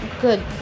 good